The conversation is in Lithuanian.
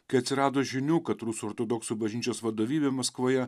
kai atsirado žinių kad rusų ortodoksų bažnyčios vadovybė maskvoje